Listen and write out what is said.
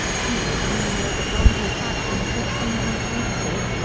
tebow nearly led the broncos back from a sixteen point deficit,